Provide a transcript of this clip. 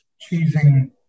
choosing